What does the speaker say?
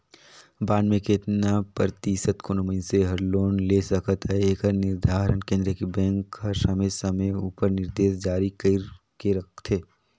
bond में केतना परतिसत कोनो मइनसे हर लोन ले सकत अहे एकर निरधारन केन्द्रीय बेंक हर समे समे उपर निरदेस जारी कइर के रखथे